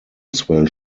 swell